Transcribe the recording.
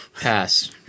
pass